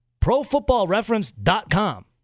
ProFootballReference.com